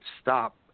stop